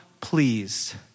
pleased